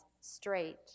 straight